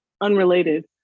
unrelated